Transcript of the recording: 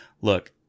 look